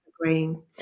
agreeing